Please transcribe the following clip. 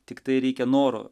tiktai reikia noro